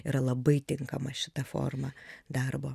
yra labai tinkama šita forma darbo